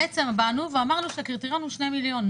בעצם באנו ואמרנו שהקריטריון הוא 2 מיליון.